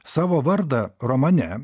savo vardą romane